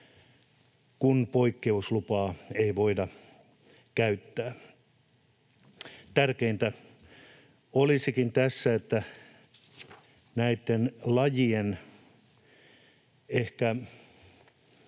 kun poikkeuslupaa ei voida käyttää. Tärkeintä olisikin tässä, että ehkä näitten lajien